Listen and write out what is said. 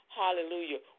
hallelujah